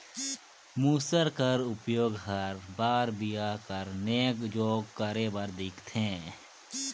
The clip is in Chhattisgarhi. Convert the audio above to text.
मूसर कर उपियोग हर बर बिहा कर नेग जोग करे बर दिखथे